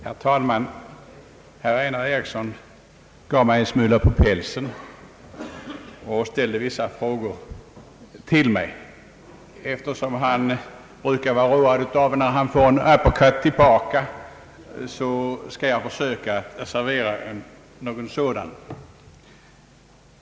Herr talman! Herr Einar Eriksson gav mig en smula på pälsen och ställde vissa frågor till mig. Eftersom han brukar vara road av att få en uppercut tillbaka skall jag försöka servera en sådan.